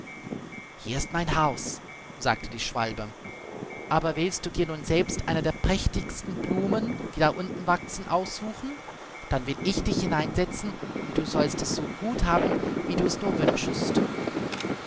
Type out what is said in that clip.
hier ist mein haus sagte die schwalbe aber willst du dir nun selbst eine der prächtigsten blumen die da unten wachsen aussuchen dann will ich dich hineinsetzen und du sollst es so gut haben wie du es nur wünschest